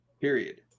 period